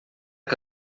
que